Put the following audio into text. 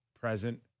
present